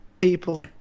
people